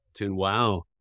Wow